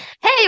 hey